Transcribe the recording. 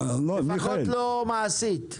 לפחות לא מעשית.